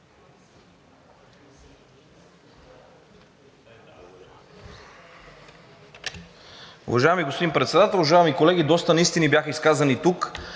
Уважаеми господин Председател, уважаеми колеги! Доста неистини бяха изказани тук,